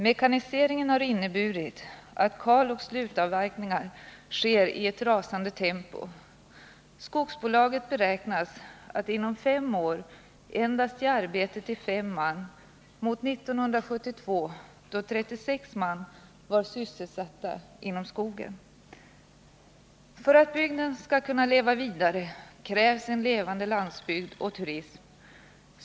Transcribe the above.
Mekaniseringen har inneburit att kaloch slutavverkningar sker i ett rasande tempo. Skogsbolaget beräknar att inom fem år endast kunna ge arbete till 5 man mot 36 som år 1972 var sysselsatta inom skogen. För att bygden skall kunna leva vidare krävs en levande landsbygd och turism.